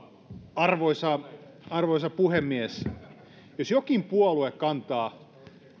arvoisa arvoisa puhemies jos jokin puolue kantaa